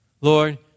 Lord